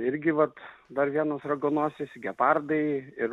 irgi vat dar vienas raganosis gepardai ir